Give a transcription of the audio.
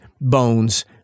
bones